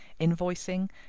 invoicing